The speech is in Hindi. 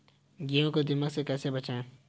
गेहूँ को दीमक से कैसे बचाएँ?